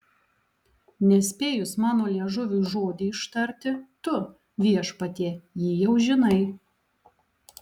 nespėjus mano liežuviui žodį ištarti tu viešpatie jį jau žinai